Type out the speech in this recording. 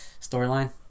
storyline